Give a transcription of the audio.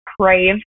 crave